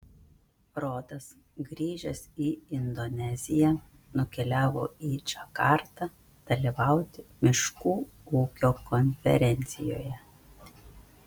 rodas grįžęs į indoneziją nukeliavo į džakartą dalyvauti miškų ūkio konferencijoje